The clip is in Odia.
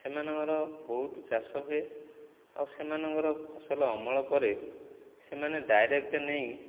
ସେମାନଙ୍କର ବହୁତ ଚାଷ ହୁଏ ଆଉ ସେମାନଙ୍କର ଫସଲ ଅମଳ ପରେ ସେମାନେ ଡାଇରେକ୍ଟ ନେଇ